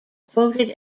quoted